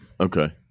okay